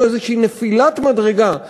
זאת איזו נפילת מדרגה.